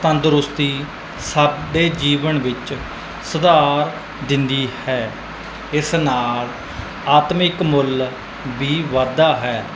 ਤੰਦਰੁਸਤੀ ਸਾਡੇ ਜੀਵਨ ਵਿੱਚ ਸੁਧਾਰ ਦਿੰਦੀ ਹੈ ਇਸ ਨਾਲ ਆਤਮਿਕ ਮੁੱਲ ਵੀ ਵੱਧਦਾ ਹੈ